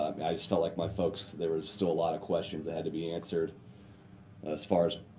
i just felt like my folks, there was still a lot of questions that had to be answered as far as